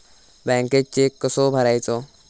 बँकेत चेक कसो भरायचो?